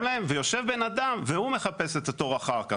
להם ויושב בן אדם והוא מחפש את התור אחר כך.